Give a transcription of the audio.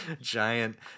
giant